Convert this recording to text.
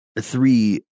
three